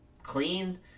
clean